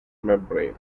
membrane